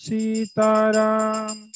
Sitaram